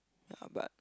ya but